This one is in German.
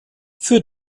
für